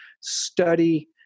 study